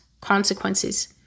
consequences